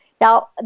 Now